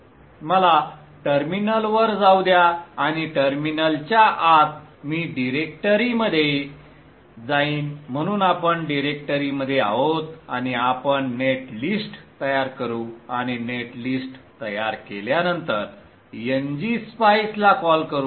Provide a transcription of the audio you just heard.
मला टर्मिनलवर जाऊ द्या आणि टर्मिनलच्या आत मी डिरेक्टरीमध्ये जाईन म्हणून आपण डिरेक्टरीमध्ये आहोत आणि आपण नेट लिस्ट तयार करू आणि नेट लिस्ट तयार केल्यानंतर ngSpice ला कॉल करू